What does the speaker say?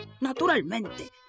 Naturalmente